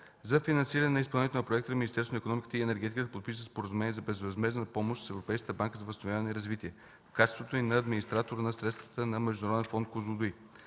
За финансирането на проектите Министерството на икономиката и енергетиката подписа споразумение за безвъзмездна помощ с Европейската банка за възстановяване и развитие, в качеството й на администратор на Международен фонд „Козлодуй”.